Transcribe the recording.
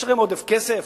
יש לכם עודף כסף?